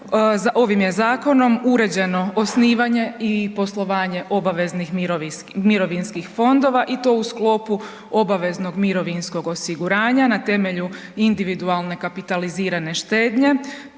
ovim je zakonom uređeno osnivanje i poslovanje obaveznih mirovinskih fondova i to u sklopu obaveznog mirovinskog osiguranja na temelju individualne kapitalizirane štednje,